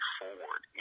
forward